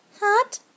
hot